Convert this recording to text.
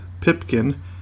Pipkin